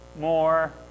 more